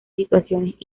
situaciones